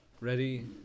Ready